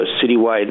citywide